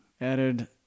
added